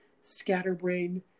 scatterbrain